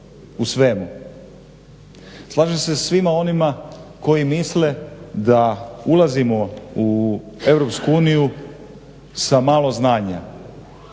u svemu. Slažem se sa svima onima koji misle da ulazimo u EU sa malo znanja,